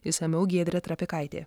išsamiau giedrė trapikaitė